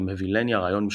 אם הבהילני הרעיון משנתי”.